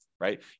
right